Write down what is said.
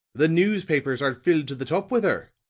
the newspapers are filled to the top with her,